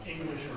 English